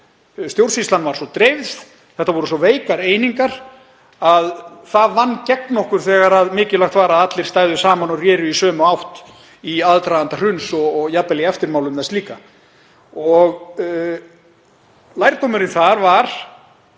Stjórnsýslan var svo dreifð, þetta voru svo veikar einingar að það vann gegn okkur þegar mikilvægt var að allir stæðu saman og reru í sömu átt í aðdraganda hruns og jafnvel í eftirmálum þess líka. Lærdómurinn þar var